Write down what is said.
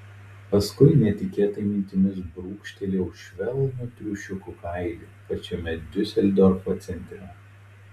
paskui netikėtai mintimis brūkštelėjau švelnų triušiukų kailį pačiame diuseldorfo centre